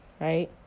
right